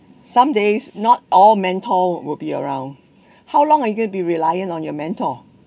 some days not all mentor will be around how long are you going to be reliant on your mentor